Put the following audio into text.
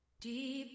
Deep